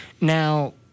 Now